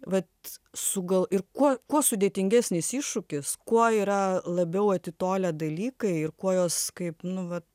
vat su ga ir kuo kuo sudėtingesnis iššūkis kuo yra labiau atitolę dalykai ir kuo juos kaip nu vat